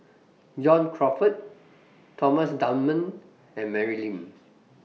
John Crawfurd Thomas Dunman and Mary Lim